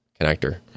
connector